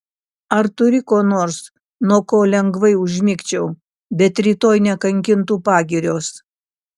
ar turi ko nors nuo ko lengvai užmigčiau bet rytoj nekankintų pagirios